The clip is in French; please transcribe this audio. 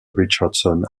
richardson